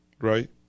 right